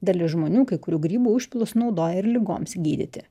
dalis žmonių kai kurių grybų užpilus naudoja ir ligoms gydyti